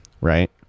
right